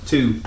Two